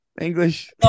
English